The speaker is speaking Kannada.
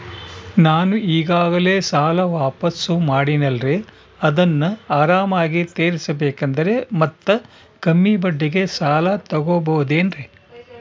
ನಾನು ಈಗಾಗಲೇ ಸಾಲ ವಾಪಾಸ್ಸು ಮಾಡಿನಲ್ರಿ ಅದನ್ನು ಆರಾಮಾಗಿ ತೇರಿಸಬೇಕಂದರೆ ಮತ್ತ ಕಮ್ಮಿ ಬಡ್ಡಿಗೆ ಸಾಲ ತಗೋಬಹುದೇನ್ರಿ?